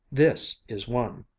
this is one!